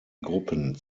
gruppen